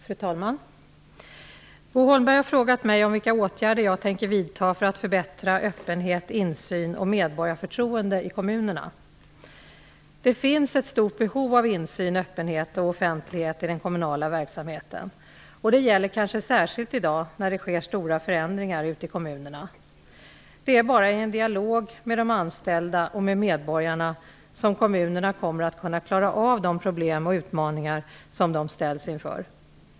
Fru talman! Bo Holmberg har frågat mig vilka åtgärder jag tänker vidta för att förbättra öppenheten, insynen och medborgarförtroendet i kommunerna. Det finns ett stort behov av insyn, öppenhet och offentlighet i den kommunala verksamheten. Detta gäller kanske särskilt i dag när det sker stora förändringar ute i kommunerna. Det är bara i en dialog med de anställda och med medborgarna som kommunerna kommer att kunna klara av de problem och utmaningar som de ställs inför.